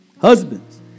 Husbands